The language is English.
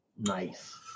Nice